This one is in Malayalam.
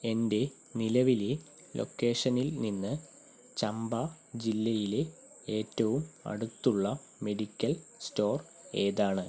എന്റെ നിലവിലെ ലൊക്കേഷനിൽ നിന്ന് ചമ്പ ജില്ലയിലെ ഏറ്റവും അടുത്തുള്ള മെഡിക്കൽ സ്റ്റോർ ഏതാണ്